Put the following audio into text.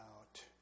out